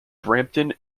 brampton